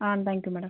ah thank you madam